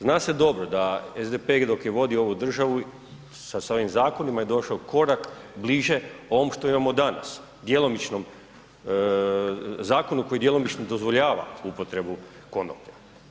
Zna se dobro da SDP dok je vodio ovu državu sa svojim zakonima je došao korak bliže ovom što imamo danas, djelomično, zakonu koji djelomično dozvoljava upotrebu konoplje.